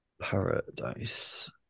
Paradise